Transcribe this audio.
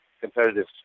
competitive